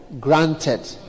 granted